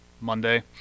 Monday